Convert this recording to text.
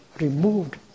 removed